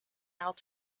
out